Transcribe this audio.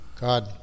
god